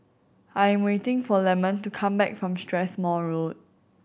I'm waiting for Lemon to come back from Strathmore Road